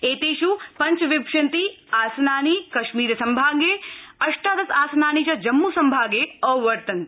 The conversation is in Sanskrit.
एतेष पञ्चविशंति आसनानि कश्मीर संभागे अष्टादश आसनानि च जम्मू संभागे अवर्तन्त